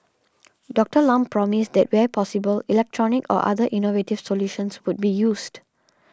Doctor Lam promised that where possible electronic or other innovative solutions would be used